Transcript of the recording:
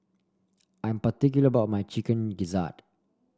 I'm particular about my Chicken Gizzard